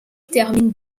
termine